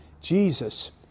Jesus